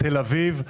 בתל אביב,